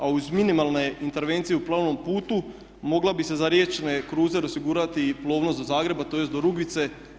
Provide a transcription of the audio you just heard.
A uz minimalne intervencije u plovnom putu mogla bi se za riječne kruzere osigurati i plovnost do Zagreba tj. do Rugvice.